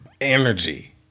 energy